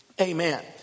amen